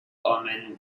omen